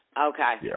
Okay